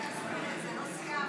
הטיפול באמצעות בעלי חיים.